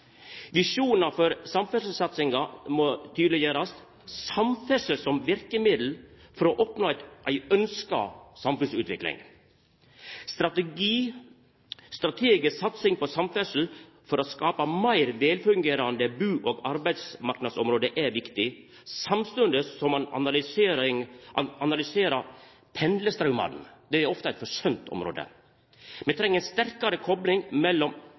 Visjonar for samferdselssatsinga må tydeleggjerast, og samferdsel som verkemiddel for å oppnå ei ønskt samfunnsutvikling. Strategisk satsing på samferdsel for å skapa meir velfungerande bu- og arbeidsmarknadsområde er viktig, samstundes som ein analyserer pendlarstraumen. Det er ofte eit forsømt område. Vi treng sterkare kopling mellom